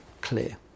clear